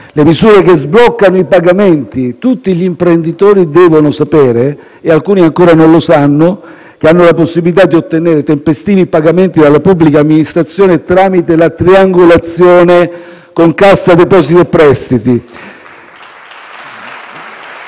le misure che sbloccano i pagamenti. Tutti gli imprenditori devono sapere (alcuni ancora non lo sanno) che hanno la possibilità di ottenere tempestivi pagamenti dalla pubblica amministrazione tramite la triangolazione con Cassa depositi e prestiti. *(Applausi